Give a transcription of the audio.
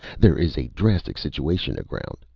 there is a drastic situation aground.